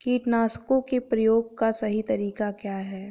कीटनाशकों के प्रयोग का सही तरीका क्या है?